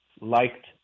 liked